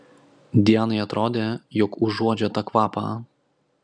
dianai atrodė jog užuodžia tą kvapą